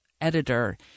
editor